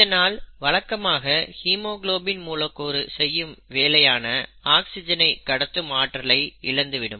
இதனால் வழக்கமாக ஹீமோகுளோபின் மூலக்கூறு செய்யும் வேலையான ஆக்சிஜனை கடத்தும் ஆற்றலை இழந்துவிடும்